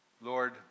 lord